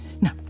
Now